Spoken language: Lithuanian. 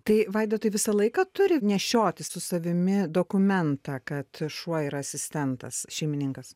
tai vaidotai visą laiką turi nešiotis su savimi dokumentą kad šuo yra asistentas šeimininkas